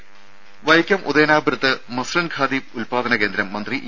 രുര വൈക്കം ഉദയനാപുരത്ത് മസ്ലിൻഖാദി ഉദ്പാദന കേന്ദ്രം മന്ത്രി ഇ